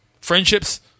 friendships